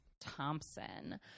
Thompson